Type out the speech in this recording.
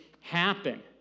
happen